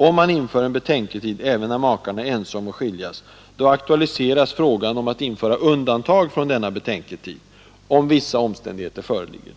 Om man inför en betänketid även när makarna är ense om att skiljas, aktualiseras frågan om att göra undantag från denna betänketid, om vissa omständigheter föreligger,